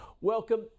Welcome